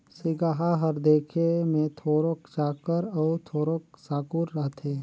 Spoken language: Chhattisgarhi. सिगहा हर देखे मे थोरोक चाकर अउ थोरोक साकुर रहथे